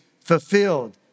fulfilled